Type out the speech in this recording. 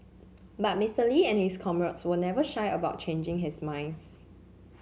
but Mister Lee and his comrades were never shy about changing his minds